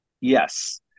Yes